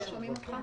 לא שומעים אותך.